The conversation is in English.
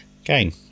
Again